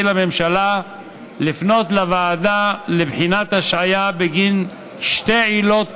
לממשלה לפנות לוועדה לבחינת השעיה בגין שתי עילות פסלות,